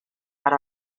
per